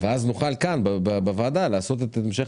ואז נוכל כאן בוועדה לערוך את המשך